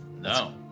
No